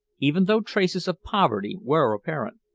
even though traces of poverty were apparent.